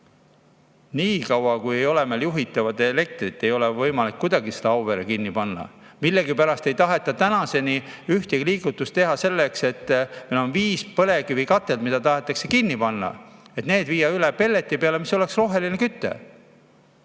Nii kaua kui ei ole meil juhitavat elektrit, ei ole võimalik kuidagi Auveret kinni panna. Millegipärast ei taheta tänaseni ühtegi liigutust teha selleks, et need viis põlevkivikatelt, mis meil on ja mis tahetakse kinni panna, üle viia pelleti peale, mis oleks roheline küte.